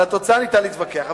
על התוצאה ניתן להתווכח.